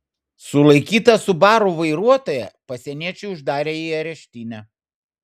sulaikytą subaru vairuotoją pasieniečiai uždarė į areštinę